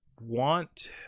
want